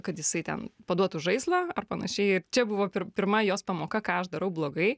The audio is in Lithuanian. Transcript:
kad jisai ten paduotų žaislą ar panašiai ir čia buvo pirma jos pamoka ką aš darau blogai